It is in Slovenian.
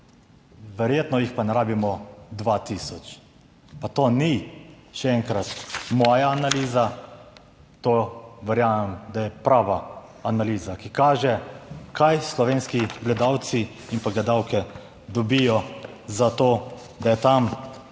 verjetno jih pa ne rabimo 2 tisoč pa to ni še enkrat moja analiza, to verjamem, da je prava analiza, ki kaže, kaj slovenski gledalci in gledalke dobijo za to, da je tam